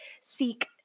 seek